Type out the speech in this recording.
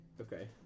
okay